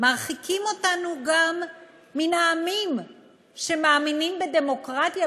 מרחיקים אותנו גם מן העמים שמאמינים בדמוקרטיה,